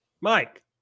Mike